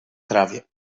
trawie